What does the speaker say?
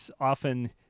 often